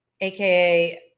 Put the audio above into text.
AKA